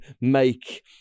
make